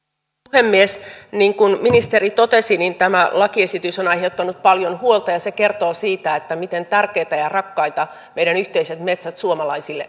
puhemies niin kuin ministeri totesi tämä lakiesitys on aiheuttanut paljon huolta ja se kertoo siitä miten tärkeitä ja rakkaita meidän yhteiset metsämme suomalaisille